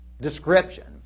description